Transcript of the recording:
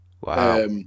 Wow